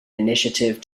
initiative